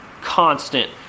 constant